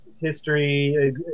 history